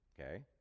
okay